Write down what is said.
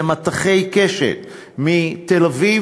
זה כמטווחי קשת מתל-אביב,